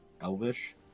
Elvish